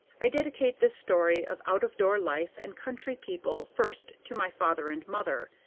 i dedicate this story of out-of-door life and country people first to my father and mother,